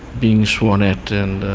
being sworn at, and